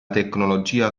tecnologia